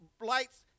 lights